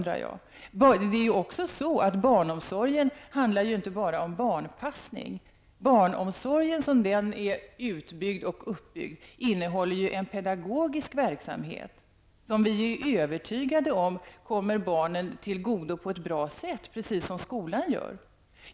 Barnomsorgen handlar inte bara om barnpassning. Barnomsorgen som den är uppbyggd innehåller också en pedagogisk verksamhet, som vi är övertygade om kommer barnen tillgodo på ett bra sätt, precis som skolan gör.